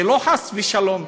זה לא חס ושלום,